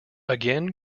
again